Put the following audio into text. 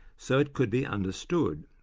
so it could be understood.